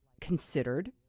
considered